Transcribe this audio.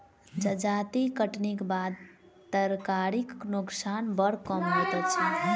जजाति कटनीक बाद तरकारीक नोकसान बड़ कम होइत अछि